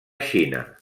xina